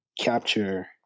capture